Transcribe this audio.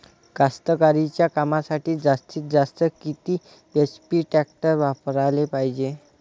कास्तकारीच्या कामासाठी जास्तीत जास्त किती एच.पी टॅक्टर वापराले पायजे?